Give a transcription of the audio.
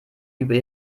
über